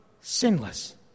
sinless